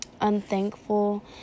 unthankful